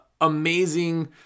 amazing